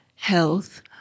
health